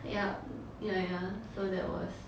yepp ya ya so that was